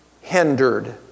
hindered